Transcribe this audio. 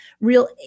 real